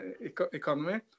economy